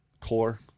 Core